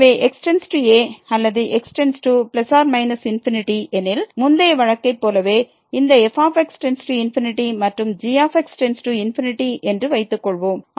எனவே x→a அல்லது x→±∞ எனில் முந்தைய வழக்கைப் போலவே இந்த fx→∞ மற்றும் gx→∞ என்று வைத்துக் கொள்வோம்